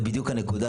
זו הנקודה בדיוק.